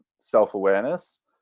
self-awareness